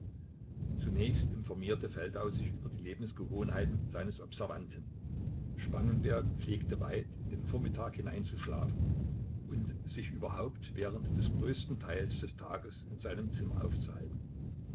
zunächst informierte feldau sich über die lebensgewohnheiten seines observanten spangenberg pflegte weit in den vormittag hinein zu schlafen und sich überhaupt während des größten teils des tages in seinem zimmer aufzuhalten